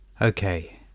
Okay